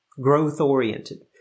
growth-oriented